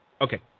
Okay